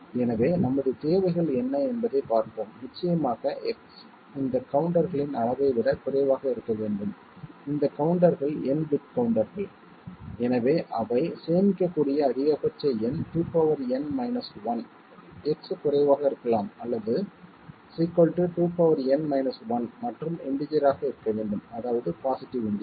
எனவே நமது தேவைகள் என்ன என்பதைப் பார்ப்போம் நிச்சயமாக X இந்த கவுண்டர்களின் அளவை விட குறைவாக இருக்க வேண்டும் இந்த கவுண்டர்கள் n பிட் கவுண்டர்கள் எனவே அவை சேமிக்கக்கூடிய அதிகபட்ச எண் 2n 1 X குறைவாக இருக்கலாம் அல்லது 2n 1 மற்றும் இண்டீஜர் ஆக இருக்க வேண்டும் அதாவது பாசிட்டிவ் இண்டீஜர்